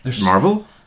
Marvel